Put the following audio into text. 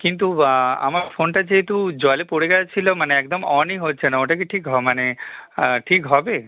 কিন্তু আমার ফোনটা যেহেতু জলে পড়ে গিয়েছিলো মানে একদম অনই হচ্ছে না ওটা কি ঠিক হ মানে ঠিক হবে